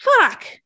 Fuck